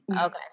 okay